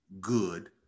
good